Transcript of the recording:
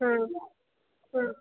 ಹಾಂ ಹಾಂ